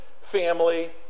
family